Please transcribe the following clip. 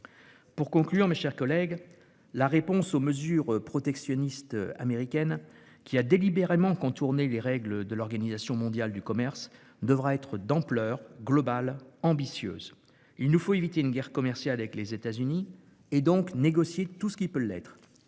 Pour conclure, la réponse aux mesures protectionnistes des États-Unis, qui ont délibérément contourné les règles de l'Organisation mondiale du commerce, devra être d'ampleur, globale et ambitieuse. Il nous faut éviter une guerre commerciale avec les États-Unis et négocier tout ce qui peut l'être,